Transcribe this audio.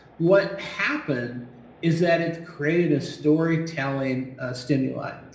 what happened is that it created a storytelling stimuli.